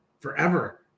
forever